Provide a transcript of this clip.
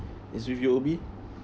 it's with U_O_B